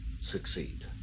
succeed